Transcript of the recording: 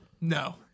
No